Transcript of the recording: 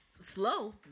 Slow